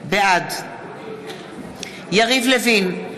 בעד יריב לוין,